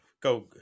Go